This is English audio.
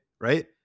Right